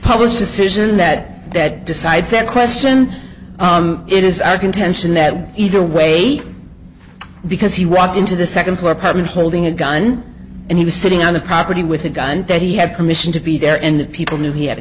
published decision that that decides that question it is our contention that either way because he walked into the second floor apartment holding a gun and he was sitting on the property with a gun that he had permission to be there and people knew he had a